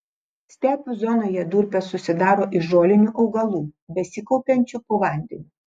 stepių zonoje durpės susidaro iš žolinių augalų besikaupiančių po vandeniu